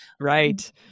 Right